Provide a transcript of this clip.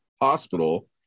hospital